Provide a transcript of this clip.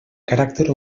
caràcter